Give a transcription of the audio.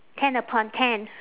ten upon ten